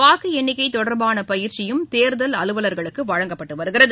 வாக்கு எண்ணிக்கை தொடர்பான பயிற்சியும் தேர்தல் அலுவலர்களுக்கு வழங்கப்பட்டு வருகிறது